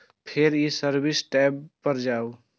फेर ई service tab पर जाउ